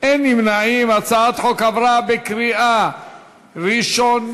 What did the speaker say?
את הצעת חוק הפיקוח על שירותים פיננסיים (קופות גמל) (תיקון מס' 16),